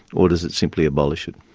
or does it simply abolish it?